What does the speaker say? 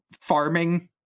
farming